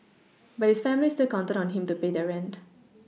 but his family still counted on him to pay their rent